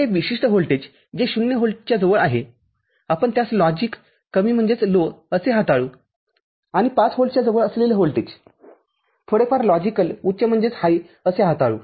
तर हे विशिष्ट व्होल्टेज जे ० व्होल्टच्या जवळ आहे आपण त्यास लॉजिक कमी असे हाताळू आणि ५ व्होल्टच्या जवळ असलेले व्होल्टेज थोडेफार लॉजिक उच्चअसे हाताळू